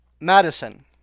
Madison